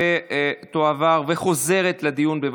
התשפ"ב 2022,